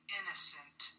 innocent